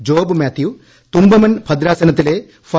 job Mathew Thumpamon ഭദ്രാസനത്തിലെ ഫാ